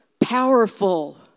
Powerful